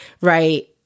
right